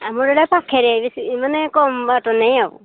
ଆମର ଏଇଟା ପାଖରେ ବେଶୀ ମାନେ କମ ବାଟ ନାହିଁ ଆଉ